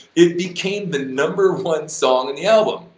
it became the number one song in the album,